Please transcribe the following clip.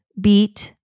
beat